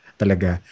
talaga